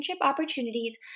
opportunities